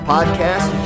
Podcast